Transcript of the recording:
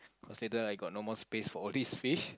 cause later I got no more space for all these fish